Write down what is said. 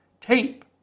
Tape